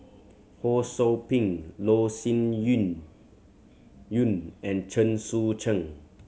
Ho Sou Ping Loh Sin Yun Yun and Chen Sucheng